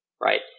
Right